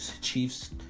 Chiefs